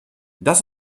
das